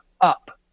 up